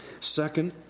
Second